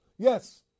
Yes